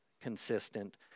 consistent